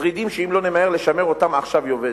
שרידים שאם לא נמהר לשמר אותם עכשיו, יאבֵדוּ.